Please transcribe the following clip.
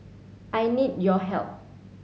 I need your help